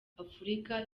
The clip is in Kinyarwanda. afurika